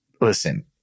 listen